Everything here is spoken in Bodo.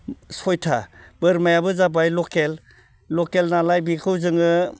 सयथा बोरमायाबो जाबाय लकेल लकेल नालाय बेखौ जोङो